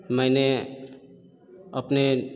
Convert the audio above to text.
मैंने अपने